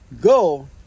Go